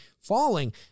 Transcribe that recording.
falling